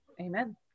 Amen